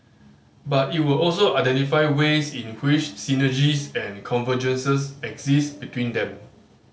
but it will also identify ways in which synergies and convergences exist between them